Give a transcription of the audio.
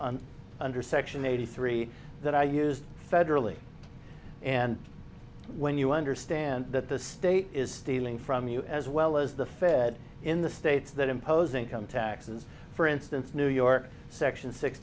attack under section eighty three that are used federally and when you understand that the state is stealing from you as well as the fed in the states that imposing come taxes for instance new york section six